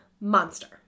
Monster